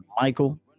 Michael